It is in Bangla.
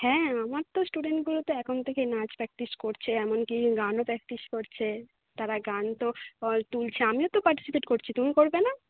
হ্যাঁ আমার তো স্টুডেন্টগুলো তো এখন থেকে নাচ প্রাকটিস করছে এমন কি গানও প্রাকটিস করছে তারা গান তো হয় তুলছে আমিও তো পার্টিসিপেট করছি তুমি করবে না